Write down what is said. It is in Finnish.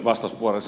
herra puhemies